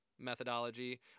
methodology